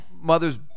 mother's